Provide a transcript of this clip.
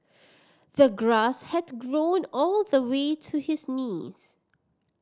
the grass had grown all the way to his knees